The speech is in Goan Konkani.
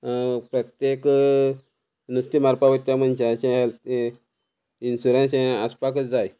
प्रत्येक नुस्तें मारपा वयता त्या मनशाचे हेल्थ इन्सुरंस हें आसपाकच जाय